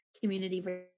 community